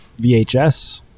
VHS